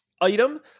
item